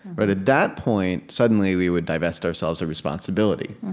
but at that point, suddenly we would divest ourselves of responsibility